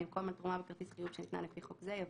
במקום "את מספר כרטיס החיוב" יבוא